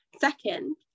second